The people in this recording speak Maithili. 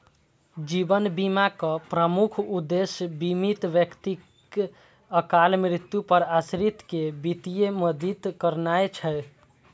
जीवन बीमाक प्रमुख उद्देश्य बीमित व्यक्तिक अकाल मृत्यु पर आश्रित कें वित्तीय मदति करनाय छै